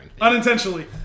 unintentionally